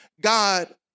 God